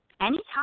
Anytime